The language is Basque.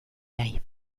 nahi